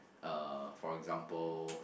uh for example